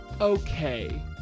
Okay